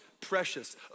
precious